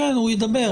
הוא ידבר.